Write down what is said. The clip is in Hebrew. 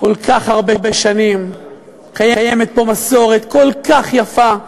כל כך הרבה שנים קיימת פה מסורת כל כך יפה,